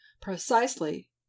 precisely